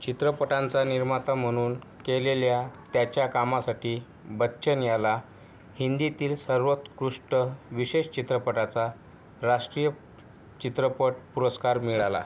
चित्रपटांचा निर्माता म्हणून केलेल्या त्याच्या कामासाठी बच्चन याला हिंदीतील सर्वोत्कृष्ट विशेष चित्रपटाचा राष्ट्रीय चित्रपट पुरस्कार मिळाला